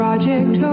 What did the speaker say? Project